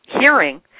hearing